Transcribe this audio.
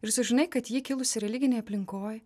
ir sužinai kad ji kilusi religinėj aplinkoj